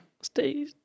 stay